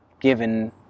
given